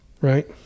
right